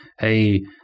Hey